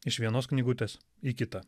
iš vienos knygutės į kitą